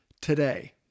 Today